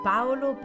Paolo